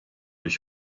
ich